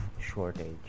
shortage